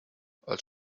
als